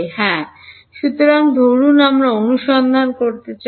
হ্যাঁ সুতরাং ধরুন আমরা অনুসন্ধান করতে চাই